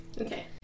Okay